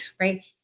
right